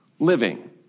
living